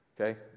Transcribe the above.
Okay